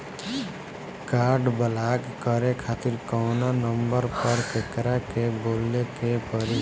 Card block करे खातिर कवना नंबर पर केकरा के बोले के परी?